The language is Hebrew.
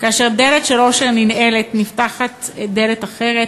"כאשר דלת של אושר ננעלת, נפתחת דלת אחרת.